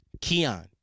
Keon